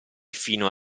fino